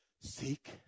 seek